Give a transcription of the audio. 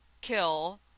kill